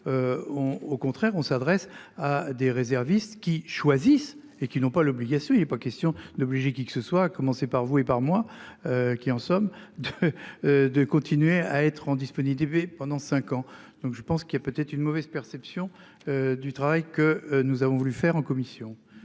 Au contraire, on s'adresse à des réservistes qui choisissent et qui n'ont pas l'obligation. Il est pas question d'obliger qui que ce soit à commencer par vous et par mois. Qui en somme de. De continuer à être en disponibilité pendant 5 ans, donc je pense qu'il a peut-être une mauvaise perception. Du travail que nous avons voulu faire en commission.